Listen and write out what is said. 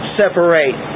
separate